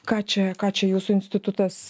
ką čia ką čia jūsų institutas